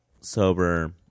sober